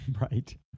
right